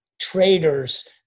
traders